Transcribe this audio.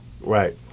Right